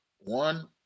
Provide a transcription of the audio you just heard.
One